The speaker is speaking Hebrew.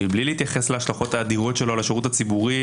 מבלי להתייחס להשלכות האדירות שלו על השירות הציבורי,